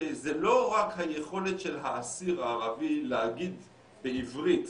זה לא רק היכולת של האסיר הערבי להגיד בעברית,